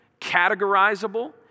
categorizable